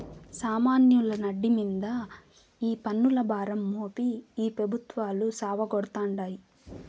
సామాన్యుల నడ్డి మింద ఈ పన్నుల భారం మోపి ఈ పెబుత్వాలు సావగొడతాండాయి